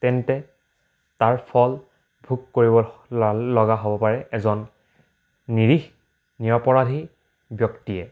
তেন্তে তাৰ ফল ভোগ কৰিব লগা হ'ব পাৰে এজন নিৰীহ নিৰপৰাধী ব্যক্তিয়ে